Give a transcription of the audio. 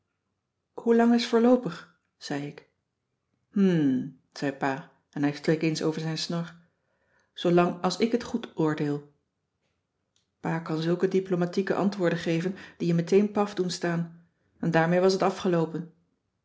lang is voorloopig zei ik hm zei pa en hij streek eens over zijn snor zoo lang als ik het goed oordeel pa kan zulke diplomatieke antwoorden geven die je meteen paf doen staan en daarmee was t afgeloopen